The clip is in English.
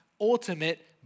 ultimate